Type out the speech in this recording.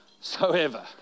soever